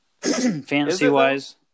Fantasy-wise